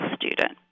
student